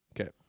Okay